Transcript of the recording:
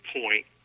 point